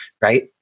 right